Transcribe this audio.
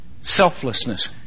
selflessness